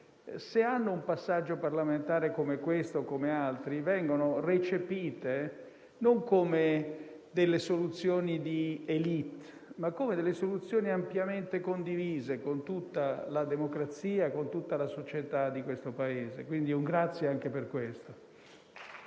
se hanno un passaggio parlamentare come questo o come altri, vengono recepite non come delle soluzioni di *élite*, ma come delle soluzioni ampiamente condivise, con tutta la democrazia, con tutta la società di questo Paese. Vi ringrazio, quindi, anche per questo.